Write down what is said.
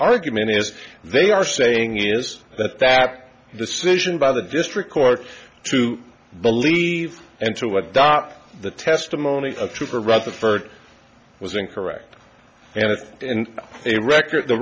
argument as they are saying is that that decision by the district court to believe and to adopt the testimony of trooper rutherford was incorrect and if in a record the